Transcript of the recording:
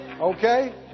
Okay